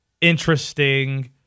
interesting